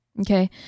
okay